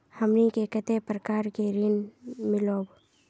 हमनी के कते प्रकार के ऋण मीलोब?